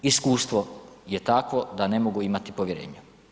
Iskustvo je takvo da ne mogu imati povjerenja.